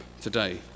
today